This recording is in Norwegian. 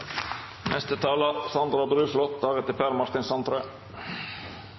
neste talar er Per Martin